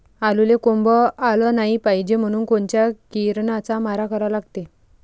आलूले कोंब आलं नाई पायजे म्हनून कोनच्या किरनाचा मारा करा लागते?